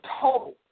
total